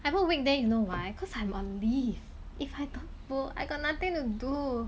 I book weekday you know why cause I'm on leave if I got I got nothing to do